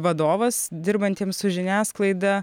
vadovas dirbantiems su žiniasklaida